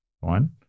One